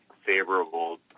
favorable